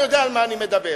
אני יודע על מה אני מדבר.